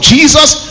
Jesus